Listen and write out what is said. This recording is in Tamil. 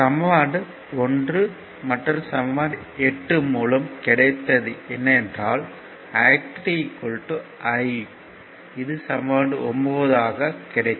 சமன்பாடு 1 மற்றும் சமன்பாடு 8 மூலம் I3 I என கிடைக்கும்